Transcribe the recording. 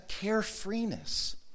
carefreeness